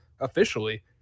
officially